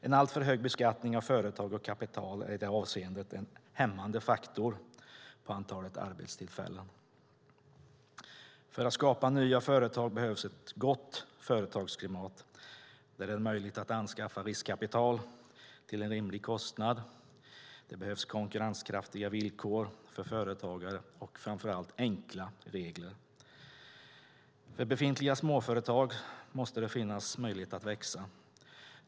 En alltför hög beskattning av företag och kapital är i det avseendet en hämmande faktor för antalet arbetstillfällen. För att skapa nya företag behövs ett gott företagsklimat där det är möjligt att anskaffa riskkapital till en rimlig kostnad. Det behövs konkurrenskraftiga villkor för företagare och framför allt enkla regler. För befintliga småföretag måste det finnas möjlighet att växa.